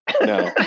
No